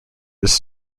this